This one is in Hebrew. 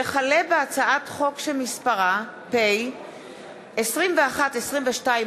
הצעת חוק לתיקון פקודת העיריות (עסקאות במקרקעין),